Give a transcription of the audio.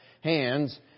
hands